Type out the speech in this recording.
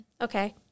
Okay